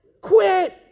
Quit